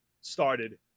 started